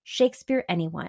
shakespeareanyone